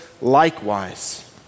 likewise